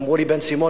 ואמרו לי: בן-סימון,